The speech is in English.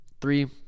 Three